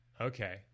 Okay